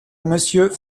monsieur